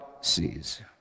sees